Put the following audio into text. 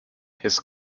his